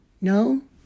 No